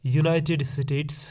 United States